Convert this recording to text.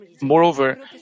Moreover